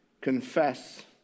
confess